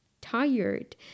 tired